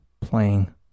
playing